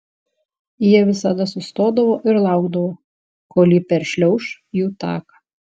jie visada sustodavo ir laukdavo kol ji peršliauš jų taką